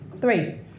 Three